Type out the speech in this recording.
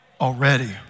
already